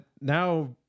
now